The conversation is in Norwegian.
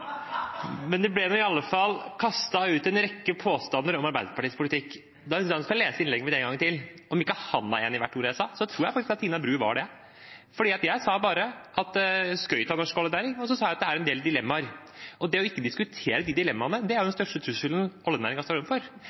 Det ble nå i alle fall kastet ut en rekke påstander om Arbeiderpartiets politikk. Jeg synes han skal lese innlegget mitt en gang til – om ikke han er enig i hvert ord jeg sa, så tror jeg faktisk Tina Bru var det. Jeg skrøt av norsk oljenæring, og så sa jeg at det er en del dilemmaer. Det ikke å diskutere de dilemmaene, er den største trusselen oljenæringen står